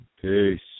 Peace